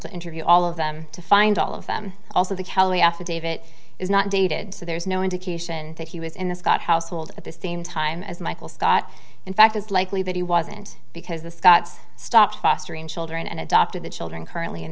to interview all of them to find all of them also the callee affidavit is not dated so there's no indication that he was in the scott household at the same time as michael scott in fact it's likely that he wasn't because the scots stopped fostering children and adopted the children currently in